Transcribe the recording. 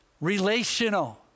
relational